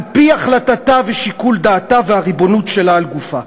על-פי החלטתה ושיקול דעתה והריבונות שלה על גופה.